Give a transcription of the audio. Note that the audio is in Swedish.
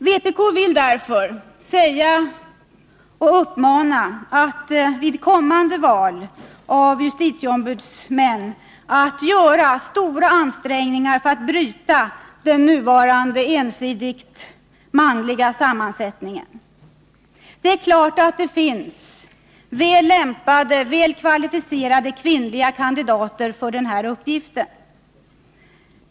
Vpk vill verka för att man vid kommande val av justitieombudsmän gör stora ansträngningar för att bryta den nuvarande ensidigt manliga sammansättningen. Det är klart att det finns väl lämpade och väl kvalificerade kvinnliga kandidater för den här uppgiften.